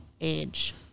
age